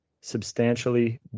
substantially